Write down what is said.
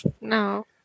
No